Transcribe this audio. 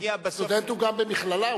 סטודנט הוא גם במכללה,